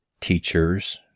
teachers